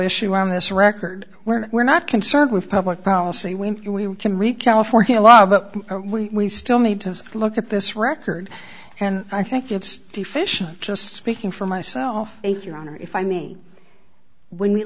issue on this record where we're not concerned with public policy when we can read california law but we still need to look at this record and i think it's deficient just speaking for myself if your honor if i mean when we